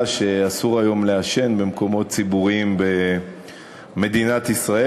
שאסור היום לעשן במקומות ציבוריים במדינת ישראל.